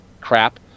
crap